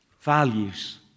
Values